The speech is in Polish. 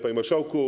Panie Marszałku!